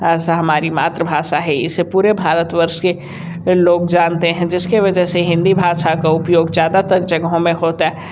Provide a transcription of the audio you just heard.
सा हमारी मातृभाषा है इसे पूरे भारतवर्ष के लोग जानते हैं जिसके वजह से हिंदी भाषा को उपयोग ज़्यादातर जगहों में होता है